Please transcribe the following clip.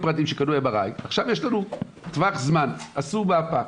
עכשיו יש לנו טווח זמן, עשו מפה,